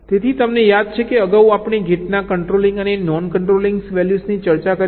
તેથી તમને યાદ છે કે અગાઉ આપણે ગેટના કંટ્રોલિંગ અને નોન કંટ્રોલિંગ વેલ્યૂઝની ચર્ચા કરી હતી